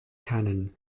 canon